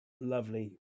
lovely